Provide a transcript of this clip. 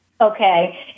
Okay